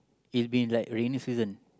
it's been like raining season